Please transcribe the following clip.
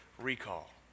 recall